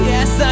Yes